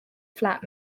flat